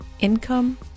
income